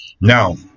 Now